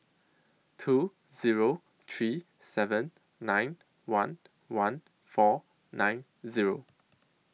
two Zero three seven nine one one four nine Zero